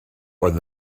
oedd